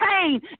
pain